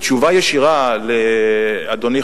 בתשובה ישירה לאדוני,